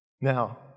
Now